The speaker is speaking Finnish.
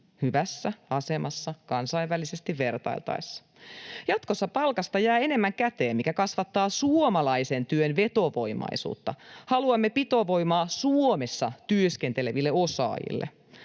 hyvässä asemassa kansainvälisesti vertailtaessa. Jatkossa palkasta jää enemmän käteen, mikä kasvattaa suomalaisen työn vetovoimaisuutta. Haluamme pitovoimaa Suomessa työskenteleville osaajille.